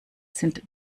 sind